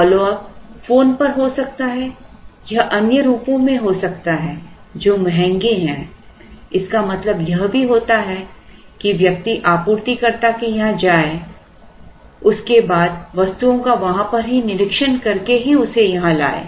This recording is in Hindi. फॉलो अप फोन पर हो सकता है यह अन्य रूपों में हो सकता है जो महंगे हैं इसका मतलब यह भी होता है कि व्यक्ति आपूर्तिकर्ता के यहां जाए और उसके बाद वस्तुओं का वहां पर ही निरीक्षण करके ही उसे यहां लाए